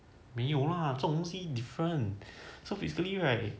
没有啦这种东西 different so basically right ya people buy those starhub issue is to hao lian